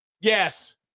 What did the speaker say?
Yes